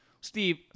Steve